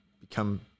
become